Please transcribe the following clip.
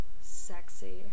Sexy